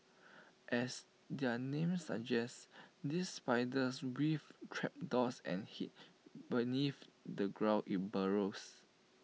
as their name suggests these spiders weave trapdoors and hid beneath the ground in burrows